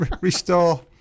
restore